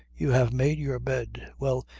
you have made your bed. well,